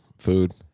Food